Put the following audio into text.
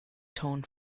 tone